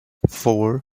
four